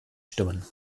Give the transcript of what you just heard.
stimmen